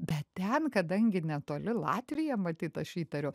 bet ten kadangi netoli latvija matyt aš įtariu